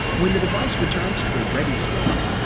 when the device returns to a ready state,